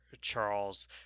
Charles